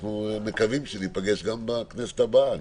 ואנחנו מקווים שניפגש גם בכנסת הבאה.